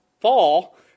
fall